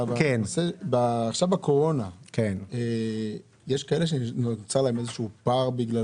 עכשיו בקורונה יש כאלה שנוצר להם איזשהו פער בגלל